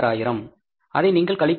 16000 அதை நீங்கள் கழிப்பீர்கள்